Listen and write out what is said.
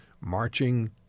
marching